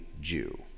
Jew